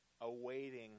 awaiting